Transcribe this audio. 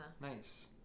Nice